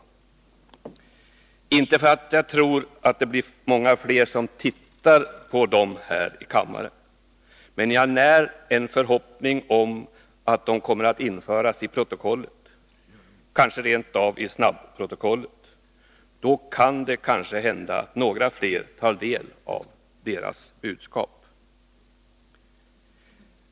Jag gör det inte för att jag tror att det blir många fler som tittar på dem här i kammaren, men jag när en förhoppning om att de kommer att införas i protokollet, kanske rent av i snabbprotokollet. Då kan det kanske hända att några fler tar del av deras budskap.